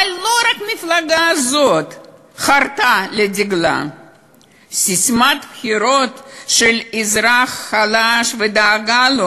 אבל לא רק המפלגה הזאת חרתה על דגלה ססמת בחירות של אזרח חלש ודאגה לו.